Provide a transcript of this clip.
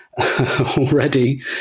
already